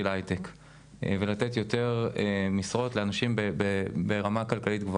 להייטק ולתת יותר משרות לאנשים ברמה כלכלית גבוהה.